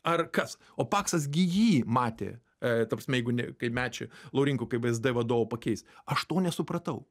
ar kas o paksas gi jį matė e ta prasme jeigu ne kai mečį laurinkų kaip vsd vadovu pakeis aš to nesupratau